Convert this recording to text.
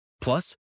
Plus